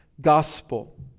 gospel